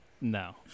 no